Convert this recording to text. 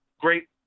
great